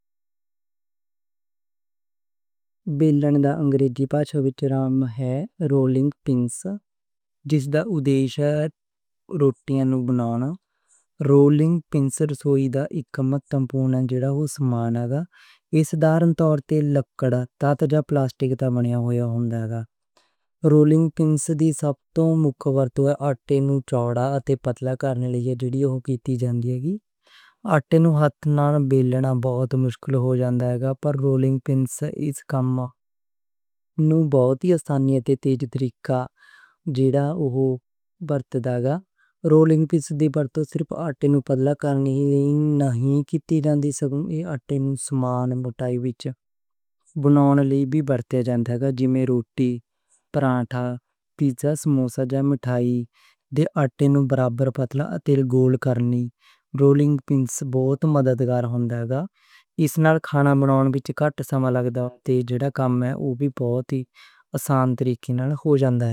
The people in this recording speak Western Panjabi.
بیلنے دا انگریزی زبان وچ نام رولنگ پن ہے، جس دا اُਦੇش روٹیاں نوں بیلنا ہوندا ہے۔ رولنگ پنز رسوئی دا اک مہتوپورن سامان ہے جو ہر گھر وچ ہوندا ہے۔ ایہ عام طور تے لکڑ، لوہا اتے پلاسٹک دا بنیا ہوندا ہے۔ رولنگ پن آٹے نوں چوڑا اتے پتلا کرنے لئی ورتیا جاندا ہے۔ آٹے نوں ہتھاں نال بیلنا بہت مشکل ہو جاندا ہے، پر رولنگ پن اس کم نوں آسان اتے تیز طریقے نال کر دیندا ہے۔ رولنگ پن صرف آٹے نوں پتلا کرنے لئی نہیں، بلکہ آٹے نوں برابر موٹائی وچ بناؤن لئی وی ورتیا جاندا ہے، جیویں روٹی، پراٹھا، پیزا، سموسہ جاں مٹھائی۔ آٹے نوں گول اتے برابر پتلا کرنے لئی رولنگ پن بہت ہی مددگار ہوندا ہے۔ اس نال کھانا بناؤن وچ گھٹ سماں لگدا ہے اتے کم وی آسان طریقے نال ہو جاندا ہے۔